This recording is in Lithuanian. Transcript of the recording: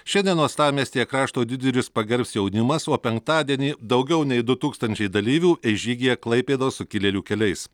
šiandien uostamiestyje krašto didvyrius pagerbs jaunimas o penktadienį daugiau nei du tūkstančiai dalyvių eis žygyje klaipėdos sukilėlių keliais